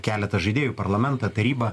keletą žaidėjų parlamentą tarybą